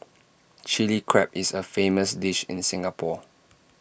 Chilli Crab is A famous dish in Singapore